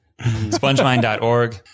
Spongemind.org